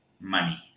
money